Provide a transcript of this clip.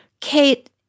Kate